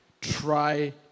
try